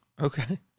Okay